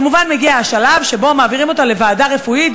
כמובן מגיע השלב שבו מעבירים אותה לוועדה רפואית,